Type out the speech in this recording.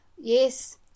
yes